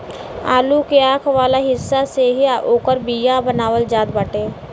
आलू के आंख वाला हिस्सा से ही ओकर बिया बनावल जात बाटे